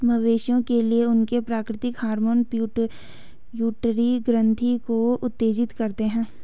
मवेशियों के लिए, उनके प्राकृतिक हार्मोन पिट्यूटरी ग्रंथि को उत्तेजित करते हैं